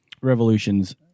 Revolution's